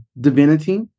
divinity